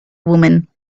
woman